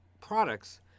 products